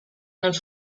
nel